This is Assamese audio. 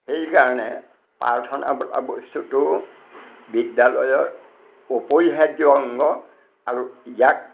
সেইকাৰণে প্ৰাৰ্থনা বোলা বস্তুটো বিদ্যালয়ৰ অপৰিহাৰ্য্য় অংগ আৰু ইয়াক